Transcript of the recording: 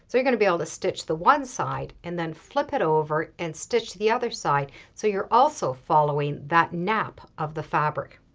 so you're going to be able to stitch the one side and then flip it over and stitch the other side, so you're also following that nap of the fabric.